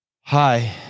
Hi